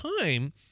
time